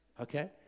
okay